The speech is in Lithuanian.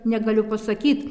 negaliu pasakyt